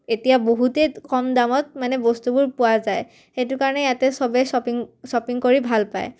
এতিয়া বহুতে কম দামত মানে বস্তুবোৰ পোৱা যায় সেইটো কাৰণে ইয়াতে চবেই শ্বপিং শ্বপিং কৰি ভাল পায়